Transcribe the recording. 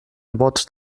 nebots